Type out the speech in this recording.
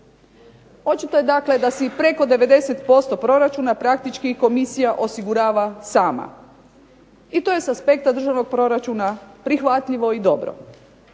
Očito dakle da se i preko 90% proračuna praktički komisija osigurava sama. I to je sa aspekta državnog proračuna prihvatljivo i dobro.